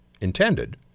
intended